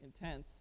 intense